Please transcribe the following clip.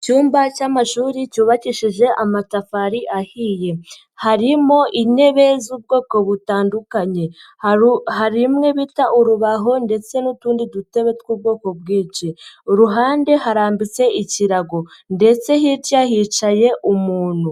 Icyumba cy'amashuri cyubakishije amatafari ahiye. Harimo intebe z'ubwoko butandukanye. hari imwe bita urubaho ndetse n'utundi dutebe tw'ubwoko bwinshi. Uruhande harambitse ikirago ndetse hirya hicaye umuntu.